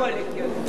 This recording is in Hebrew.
יכול להיות.